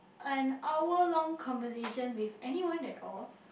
an hour long conversation with anyone at all